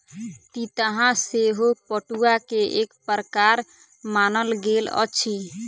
तितहा सेहो पटुआ के एक प्रकार मानल गेल अछि